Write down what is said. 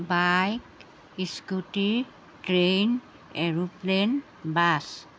bike scooty train aero plane bus